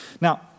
Now